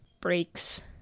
breaks